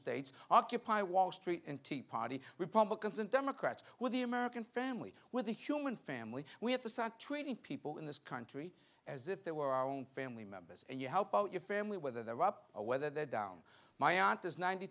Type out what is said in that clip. states occupy wall street and tea party republicans and democrats with the american family with the human family we have to start treating people in this country as if they were our own family members and you help out your family whether they're up or whether they're down my aunt is ninety